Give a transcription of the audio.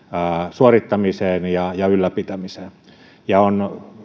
suorittamiseen ja ja ylläpitämiseen ja on